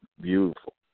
beautiful